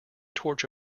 torch